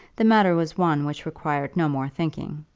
the matter was one which required no more thinking.